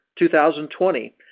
2020